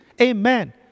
Amen